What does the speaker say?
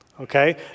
Okay